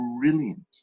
brilliant